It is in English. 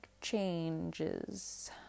changes